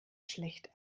schlecht